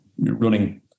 running